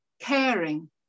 caring